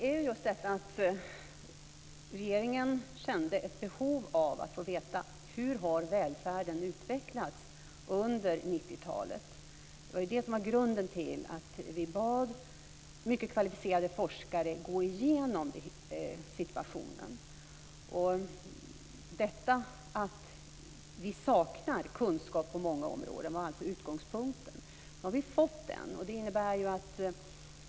Fru talman! Regeringen kände ett behov av att få veta hur välfärden har utvecklats under 90-talet. Det var grunden till att vi bad mycket kvalificerade forskare att gå igenom situationen. Utgångspunkten var alltså att vi saknade kunskap på många områden. Nu har vi fått kunskap.